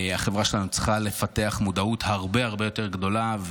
החברה שלנו צריכה לפתח מודעות הרבה הרבה יותר גדולה,